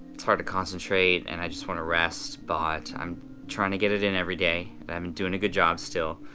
it's hard to concentrate and i just want to rest, but i'm trying to get it in everyday. but i'm doing a good job still.